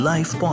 Life